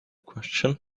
question